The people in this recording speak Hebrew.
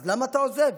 אז למה אתה עוזב?